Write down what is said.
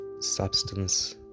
substance